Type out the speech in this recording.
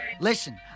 Listen